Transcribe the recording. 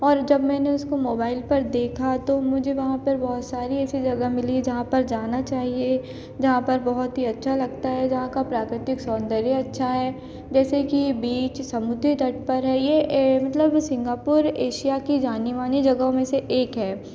और जब मैंने उसको मोबाइल पर देखा तो मुझे वहाँ पर बहुत सारी ऐसी जगह मिली जहाँ पर जाना चाहिए जहाँ पर बहुत ही अच्छा लगता है जहाँ का प्राकृतिक सौंदर्य अच्छा है जैसे कि बीच समुद्री तट पर है ये मतलब सिंगापुर एशिया की जानी मानी जगहों में से एक है